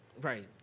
Right